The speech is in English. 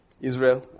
Israel